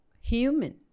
human